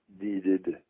needed